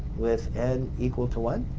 with n equal to one?